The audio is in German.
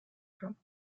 können